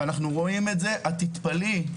תתפלאי,